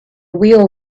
wheel